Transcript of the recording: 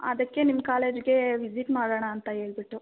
ಅದಕ್ಕೆ ನಿಮ್ಮ ಕಾಲೇಜ್ಗೆ ವಿಸಿಟ್ ಮಾಡೋಣ ಅಂತ ಹೇಳ್ಬಿಟ್ಟು